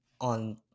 on